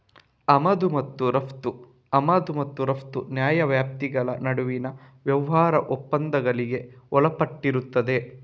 ಆಮದು ಮತ್ತು ರಫ್ತು ಆಮದು ಮತ್ತು ರಫ್ತು ನ್ಯಾಯವ್ಯಾಪ್ತಿಗಳ ನಡುವಿನ ವ್ಯಾಪಾರ ಒಪ್ಪಂದಗಳಿಗೆ ಒಳಪಟ್ಟಿರುತ್ತದೆ